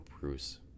Bruce